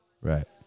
Right